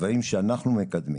דברים שאנחנו מקדמים